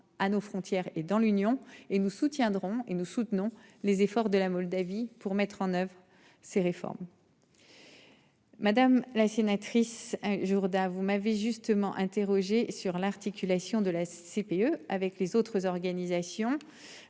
à nos frontières et dans l'Union et nous soutiendrons et nous soutenons les efforts de la Moldavie pour mettre en oeuvre ses réformes.-- Madame la sénatrice Jourda, vous m'avez justement interrogé sur l'articulation de la CPE avec les autres organisations